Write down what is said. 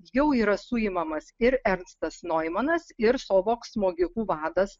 jau yra suimamas ir ernstas noimanas ir sovok smogikų vadas